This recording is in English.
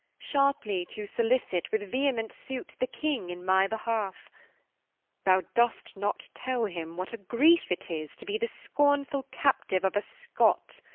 sharply to solicit with vehement suit the king in my behalf thou dost not tell him, what a grief it is to be the scornful captive of a scot,